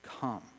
come